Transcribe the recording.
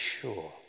sure